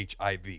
HIV